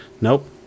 Nope